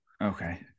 Okay